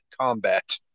combat